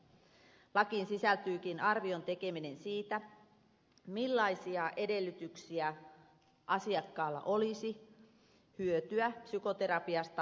lakiin sisältyykin arvion tekeminen siitä millaisia edellytyksiä asiakkaalla olisi hyötyä psykoterapiasta työhönpaluuta silmälläpitäen